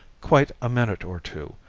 quite a minute or two,